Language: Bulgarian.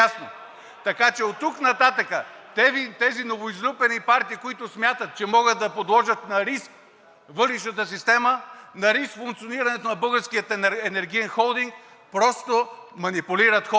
да е ясно. Оттук нататък тези новоизлюпени партии, които смятат, че могат да подложат на риск въглищната система, на риск функционирането на Българския енергиен холдинг, просто манипулират хората!